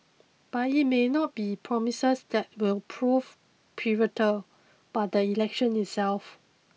but it may not be the promises that will prove pivotal but the election itself